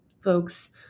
folks